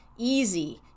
easy